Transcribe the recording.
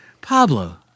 Pablo